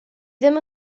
ddim